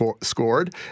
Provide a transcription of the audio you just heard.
scored